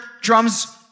drums